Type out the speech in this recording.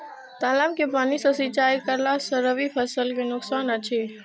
तालाब के पानी सँ सिंचाई करला स रबि फसल के नुकसान अछि?